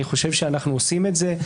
אני חושב שאנחנו עושים את זה.